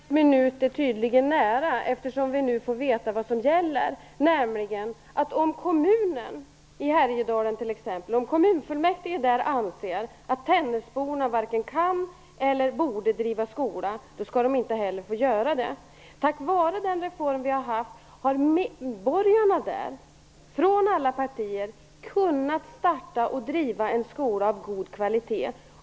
Herr talman! Sanningens minut är tydligen nära, eftersom vi nu får veta vad som gäller, nämligen att om kommunfullmäktige i t.ex. Härjedalen anser att tännäsborna varken kan eller borde driva skola, då skall de inte heller få göra det. Tack vare den reform vi har haft har invånarna där från alla partier kunnat starta och driva en skola av god kvalitet.